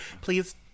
Please